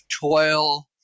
toil